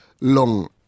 long